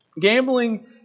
Gambling